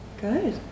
Good